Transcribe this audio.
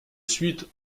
suite